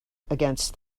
against